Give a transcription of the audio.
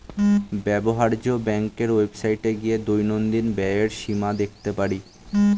ব্যবহার্য ব্যাংকের ওয়েবসাইটে গিয়ে দৈনন্দিন ব্যয়ের সীমা দেখতে পারি